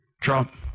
Trump